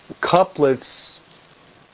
couplets